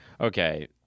Okay